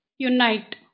Unite